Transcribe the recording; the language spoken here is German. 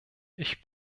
ich